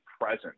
present